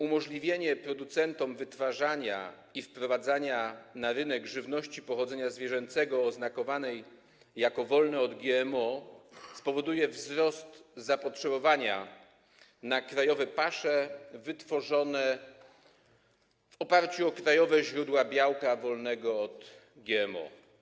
Umożliwienie producentom wytwarzania i wprowadzania na rynek żywności pochodzenia zwierzęcego oznakowanej jako wolna od GMO spowoduje wzrost zapotrzebowania na krajowe pasze wytworzone w oparciu o krajowe źródła białka wolnego o GMO.